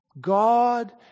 God